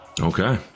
okay